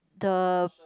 the